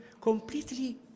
completely